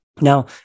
Now